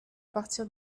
partir